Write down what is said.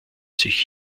sich